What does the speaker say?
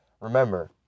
Remember